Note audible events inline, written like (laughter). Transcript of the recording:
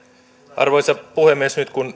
arvoisa puhemies nyt kun (unintelligible)